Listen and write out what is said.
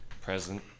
present